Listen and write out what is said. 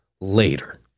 later